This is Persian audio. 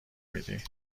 میدی